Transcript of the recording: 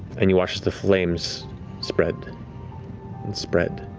and you watch as the flames spread and spread